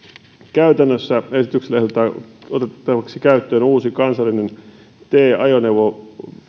käytännössä esityksellä ehdotetaan otettavaksi käyttöön uusi kansallinen t ajoneuvoluokan ajoneuvoryhmä